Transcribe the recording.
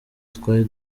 twari